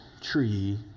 tree